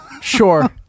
Sure